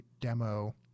demo